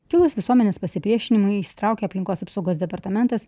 kilus visuomenės pasipriešinimui įsitraukė aplinkos apsaugos departamentas